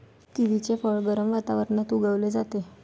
किवीचे फळ गरम वातावरणात उगवले जाते